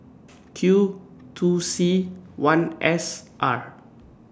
Q two C one S R